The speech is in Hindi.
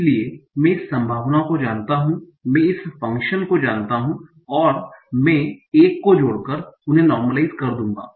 इसलिए मैं इस संभावना को जानता हूं मैं इस फ़ंक्शन को जानता हूं और मैं 1 को जोड़कर उन्हें नार्मलाइस कर दूंगा